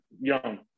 young